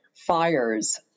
fires